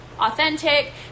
Authentic